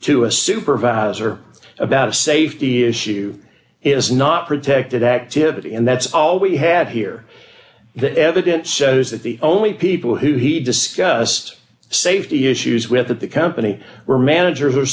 to a supervisor about a safety issue is not protected activity and that's all we had here the evidence shows that the only people who he discussed safety issues with at the company were manager